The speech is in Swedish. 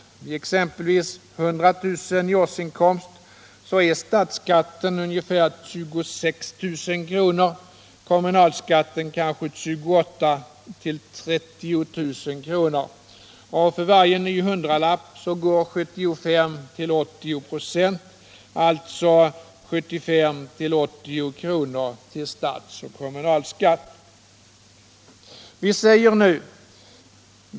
Vid exempelvis 100 000 kronors årsinkomst är statsskatten ungefär 26 000 och kommunalskatten 28 000 å 30 000 kr., och för varje ny hundralapp går 75 å 80 96, alltså 75 å 80 kr., till statsoch kommunalskatt.